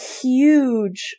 huge